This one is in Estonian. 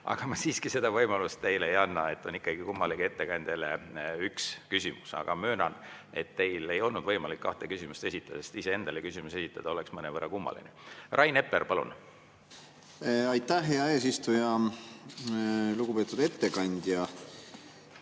Ma siiski seda võimalust teile ei anna, kummalegi ettekandjale on üks küsimus. Aga möönan, et teil ei olnud võimalik kahte küsimust esitada, sest iseendale küsimust esitada oleks mõnevõrra kummaline. Rain Epler, palun! Aitäh hea eesistuja! Lugupeetud ettekandja!